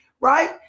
right